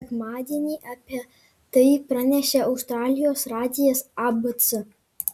sekmadienį apie tai pranešė australijos radijas abc